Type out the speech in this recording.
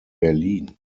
berlin